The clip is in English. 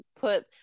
put